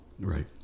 Right